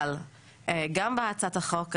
אבל גם בהצעת החוק,